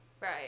Right